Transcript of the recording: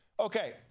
Okay